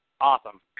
Awesome